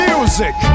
Music